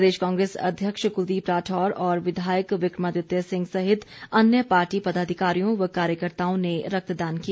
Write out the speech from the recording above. प्रदेश Congress अध्यक्ष कुलदीप राठौर और विधायक विक्रमादित्य सिंह सहित अन्य पार्टी पदाधिकारियों व कार्यकर्ताओं ने रक्तदान किया